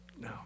no